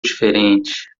diferente